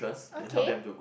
okay